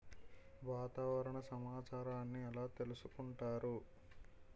వాతావరణ సమాచారాన్ని ఎలా తెలుసుకుంటారు?